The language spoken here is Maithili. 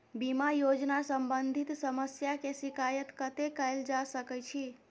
बीमा योजना सम्बंधित समस्या के शिकायत कत्ते कैल जा सकै छी?